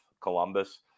Columbus